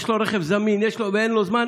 אם יש לו רכב זמין ואין לו זמן,